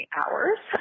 hours